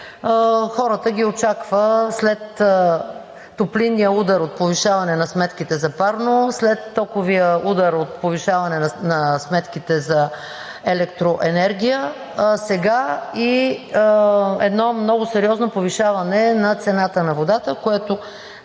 януари, ги очаква след топлинния удар от повишаване на сметките за парно, след токовия удар от повишаване на сметките за електроенергия, сега и едно много сериозно повишаване на цената на водата, което